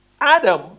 Adam